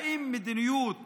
האם מדיניות